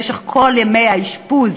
למשך כל ימי האשפוז